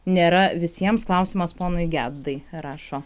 nėra visiems klausimas ponui gedai rašo